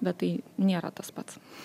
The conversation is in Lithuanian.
bet tai nėra tas pats